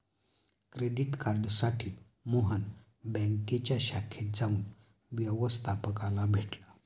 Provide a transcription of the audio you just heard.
credit कार्डसाठी मोहन बँकेच्या शाखेत जाऊन व्यवस्थपकाला भेटला